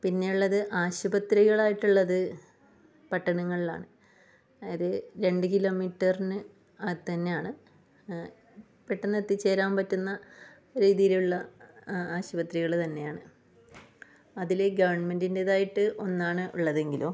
പിന്നെയുള്ളത് ആശുപത്രികളായിട്ട് ഉള്ളത് പട്ടണങ്ങളിലാണ് അത് രണ്ട് കിലോമീറ്ററിനു അകത്ത് തന്നെയാണ് പെട്ടന്ന് എത്തിച്ചേരാൻ പറ്റുന്ന രീതിയിലുള്ള ആശുപത്രികൾ തന്നെയാണ് അതിലെ ഗവൺമെന്റിന്റേതായിട്ട് ഒന്നാണ് ഉള്ളതെങ്കിലും